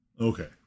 Okay